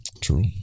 True